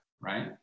right